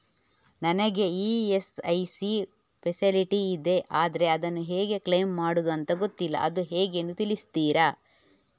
ನನಗೆ ESIC facility ಇದೆ ಆದ್ರೆ ಅದನ್ನು ಹೇಗೆ ಕ್ಲೇಮ್ ಮಾಡೋದು ಅಂತ ಗೊತ್ತಿಲ್ಲ ಅದು ಹೇಗೆಂದು ತಿಳಿಸ್ತೀರಾ?